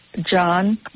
John